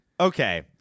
Okay